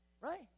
right